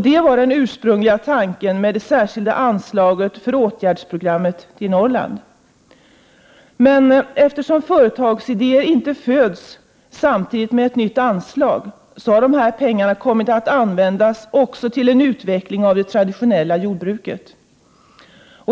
Det var den ursprungliga tanken med det särskilda anslaget till ett program för åtgärder för jordbruket i Norrland. Men eftersom nya företagsidéer inte föds samtidigt med ett nytt anslag, har dessa pengar kommit att användas också till en utveckling av det traditionella jordbruket.